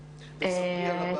בוקר טוב.